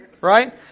right